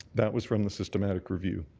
that was from the systemic review.